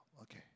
okay